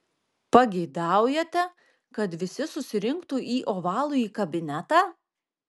pageidaujate kad visi susirinktų į ovalųjį kabinetą